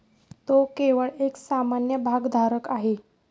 तो केवळ एक सामान्य भागधारक आहे